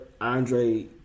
Andre